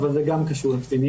אבל זה גם קשור לקטינים.